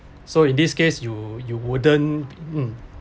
so in this case you you wouldn't um